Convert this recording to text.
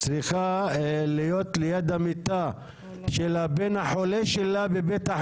להסתייג ולנסות לשכנע שלא צריך את החוק הזה אתם מונעים מאיתנו.